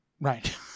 right